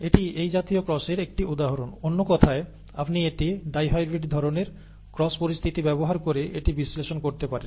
এটি এই জাতীয় ক্রসের একটি উদাহরণ অন্য কথায় আপনি একটি ডাইহাইব্রিড ধরণের ক্রস পরিস্থিতি ব্যবহার করে এটি বিশ্লেষণ করতে পারেন